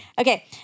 okay